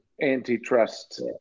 antitrust